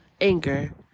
anger